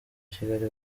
kigali